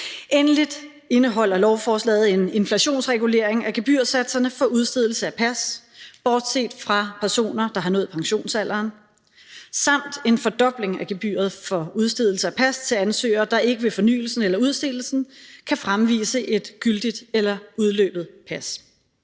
Endelig indeholder lovforslaget en inflationsregulering af gebyrsatserne for udstedelse af pas bortset fra for personer, der har nået pensionsalderen, samt en fordobling af gebyret for udstedelse af pas til ansøgere, der ikke ved fornyelsen eller udstedelsen kan fremvise et gyldigt eller udløbet pas.